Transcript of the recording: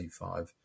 C5